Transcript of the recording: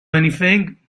anything